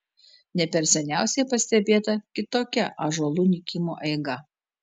ne per seniausiai pastebėta kitokia ąžuolų nykimo eiga